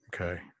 Okay